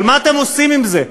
אבל מה אתם עושים עם זה?